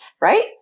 right